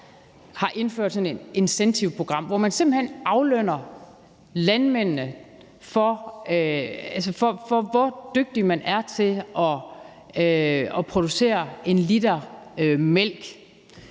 FarmAhead™ Incentive, hvor man simpelt hen aflønner landmændene, efter hvor dygtige de er til at producere 1 l mælk